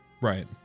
Right